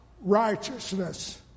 righteousness